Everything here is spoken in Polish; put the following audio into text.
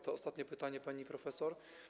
To ostatnie pytanie pani profesor.